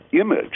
image